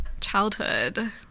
childhood